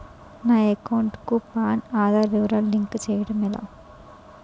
నా అకౌంట్ కు పాన్, ఆధార్ వివరాలు లింక్ చేయటం ఎలా?